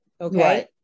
Okay